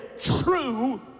true